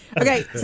Okay